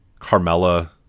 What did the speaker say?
Carmella